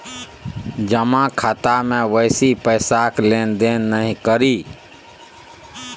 जमा खाता मे बेसी पैसाक लेन देन नहि करी